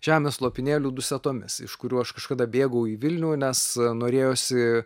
žemės lopinėliu dusetomis iš kurių aš kažkada bėgau į vilnių nes norėjosi